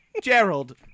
Gerald